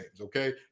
okay